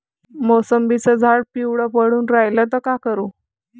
मोसंबीचं झाड पिवळं पडून रायलं त का करू?